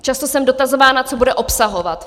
Často jsem dotazována, co bude obsahovat.